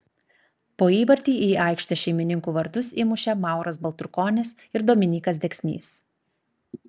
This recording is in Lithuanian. po įvartį į aikštės šeimininkų vartus įmušė mauras baltrukonis ir dominykas deksnys